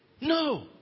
No